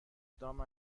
دام